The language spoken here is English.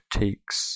takes